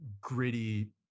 gritty